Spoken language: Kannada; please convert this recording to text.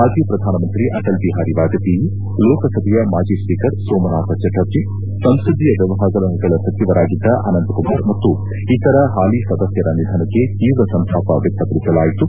ಮಾಜಿ ಪ್ರಧಾನಮಂತ್ರಿ ಅಟಲ್ ಬಿಹಾರಿ ವಾಜಪೇಯಿ ಲೋಕಸಭೆಯ ಮಾಜಿ ಸ್ವೀಕರ್ ಸೋಮನಾಥ ಚಟರ್ಜಿ ಸಂಸದೀಯ ವ್ಯವಹಾರಗಳ ಸಚಿವರಾಗಿದ್ದ ಅನಂತಕುಮಾರ್ ಮತ್ತು ಇತರ ಹಾಲಿ ಸದಸ್ಕರ ನಿಧನಕ್ಕೆ ತೀವ್ರ ಸಂತಾಪ ವ್ಕಕ್ತಪಡಿಸಲಾಯಿತು